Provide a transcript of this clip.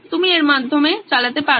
আপনি এর মাধ্যমে চালাতে পারেন